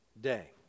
day